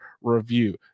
review